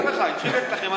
אני מספר לכם.